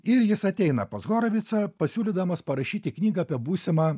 ir jis ateina pas horovicą pasiūlydamas parašyti knygą apie būsimą